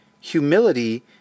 humility